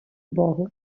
богу